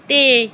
ਤੇ